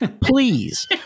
please